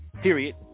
Period